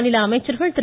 மாநில அமைச்சர்கள் திரு